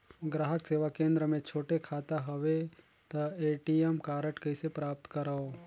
ग्राहक सेवा केंद्र मे छोटे खाता हवय त ए.टी.एम कारड कइसे प्राप्त करव?